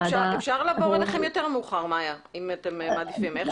אפשר לעבור אליכם מאוחר יותר אם אתם מעדיפים.